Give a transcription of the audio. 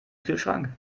kühlschrank